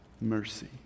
mercy